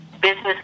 business